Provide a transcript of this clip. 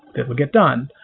that would get done.